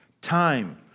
time